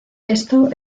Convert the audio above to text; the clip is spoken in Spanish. esto